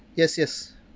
yes yes